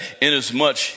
Inasmuch